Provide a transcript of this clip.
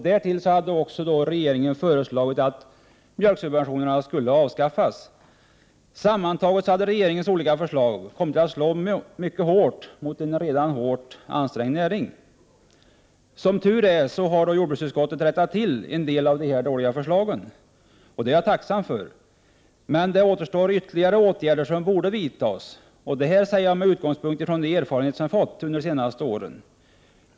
Därtill hade regeringen föreslagit att mjölksubventionerna skulle avskaffas. Sammantaget hade regeringens olika förslag kommit att slå mycket hårt mot en redan svårt ansträngd näring. Som tur är har jordbruksutskottet rättat till en del av dessa dåliga förslag. Det är jag tacksam för. Men ytterligare åtgärder borde vidtas. Det säger jag med utgångspunkt i de erfarenheter vi har fått under de senaste åren.